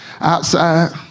outside